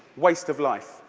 waste of life.